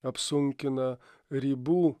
apsunkina ribų